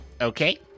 Okay